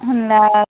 होनब्ला